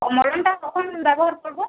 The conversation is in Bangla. মলমটা কখন ব্যবহার করবো